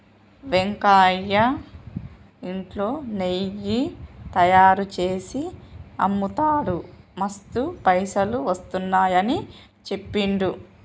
వెంకయ్య ఇంట్లో నెయ్యి తయారుచేసి అమ్ముతాడు మస్తు పైసలు వస్తున్నాయని చెప్పిండు